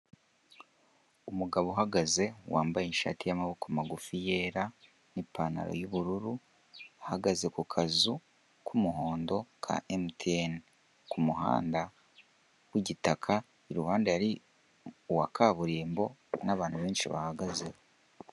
Umugabo uhagaze wambaye ishati y'amaboko magufi yera n'ipantalo y'ubururu ahagaze ku kazu k'umuhondo ka emutiyeni, ku muhanda w'igitaka iruhande hari uwa kaburimbo n'abantu benshi bahagazeho.